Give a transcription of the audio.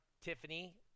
Tiffany